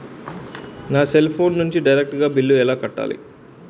నా cell phone నుంచి direct గా బిల్లు ఎలా కట్టాలి?